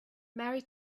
mary